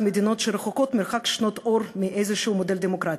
מדינות שרחוקות מרחק שנות אור מאיזה מודל דמוקרטי.